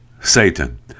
Satan